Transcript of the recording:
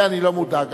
מזה אני לא מודאג.